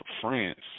France